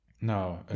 No